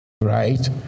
Right